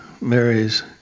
Mary's